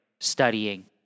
studying